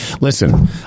listen